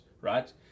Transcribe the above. right